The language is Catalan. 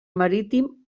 marítim